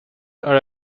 are